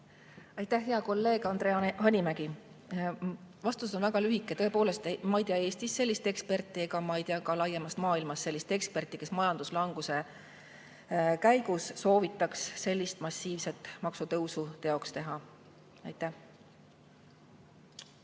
Aitäh, hea kolleeg Andre Hanimägi! Vastus on väga lühike: tõepoolest, ma ei tea Eestis sellist eksperti ja ma ei tea ka laiemas maailmas sellist eksperti, kes majanduslanguse ajal soovitaks massiivse maksutõusu teoks teha. Aitäh,